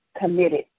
committed